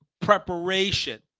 preparation